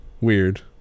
weird